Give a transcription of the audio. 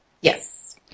Yes